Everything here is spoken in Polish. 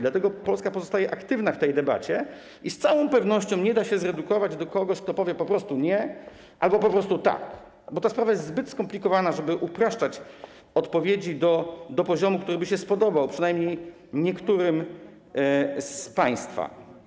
Dlatego Polska pozostaje aktywna w tej debacie i z całą pewnością nie da się zredukować do kogoś, kto powie po prostu: nie albo po prostu: tak, bo ta sprawa jest zbyt skomplikowana, żeby upraszczać odpowiedzi do poziomu, który by się spodobał przynajmniej niektórym z państwa.